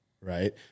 Right